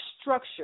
structure